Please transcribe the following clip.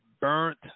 burnt